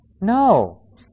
No